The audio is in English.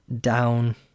down